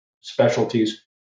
specialties